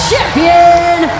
Champion